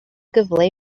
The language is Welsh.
gyfle